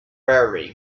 fairly